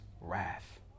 wrath